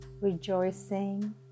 Rejoicing